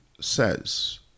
says